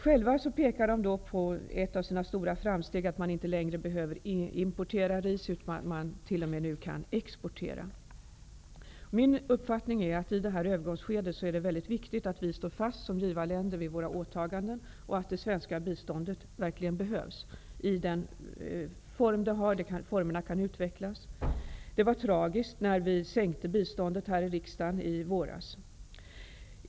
Själva pekar de på ett av sina stora framsteg, att man inte längre behöver importera ris, utan att man nu t.o.m. kan exportera. Min uppfattning är att det i det här övergångsskedet är mycket viktigt att vi som givarländer står fast vid våra åtaganden. Det svenksa biståndet behövs verkligen i den form det har. Men formerna kan utvecklas. Det var tragiskt när vi här i riksdagen minskade biståndet i våras.